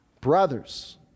Brothers